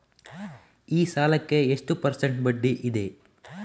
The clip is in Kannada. ಈ ಸಾಲಕ್ಕೆ ಎಷ್ಟು ಪರ್ಸೆಂಟ್ ಬಡ್ಡಿ ಇದೆ?